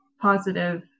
positive